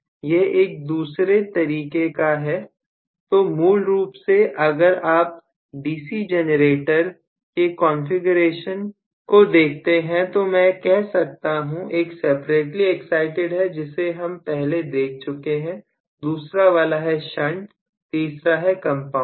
यह एक दूसरे तरीके का है तो मूल रूप से अगर आप डीसी जनरेटर की कॉन्फ़िगरेशन को देखते हैं तो मैं कह सकता हूं एक सेपरेटली एक्साइटिड है जिसे हम पहले देख चुके हैं और दूसरा वाला है शंट तीसरा है कंपाउंड